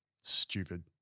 stupid